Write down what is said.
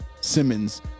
simmons